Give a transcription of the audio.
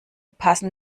passen